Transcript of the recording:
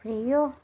free हो